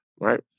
right